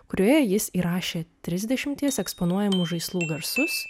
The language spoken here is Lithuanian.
kurioje jis įrašė trisdešimties eksponuojamų žaislų garsus